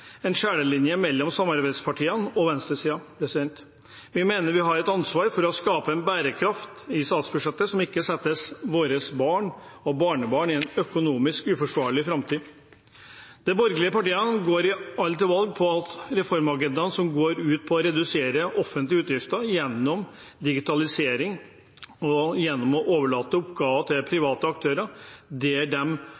en skillelinje mellom samarbeidspartiene og venstresiden. Vi mener vi har et ansvar for å skape en bærekraft i statsbudsjettet som ikke setter våre barn og barnebarn i en økonomisk uforsvarlig situasjon i framtida. De borgerlige partiene går alle til valg på en reformagenda som går ut på å redusere offentlige utgifter gjennom digitalisering og gjennom å overlate oppgaver til